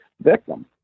victim